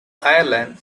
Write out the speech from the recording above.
ireland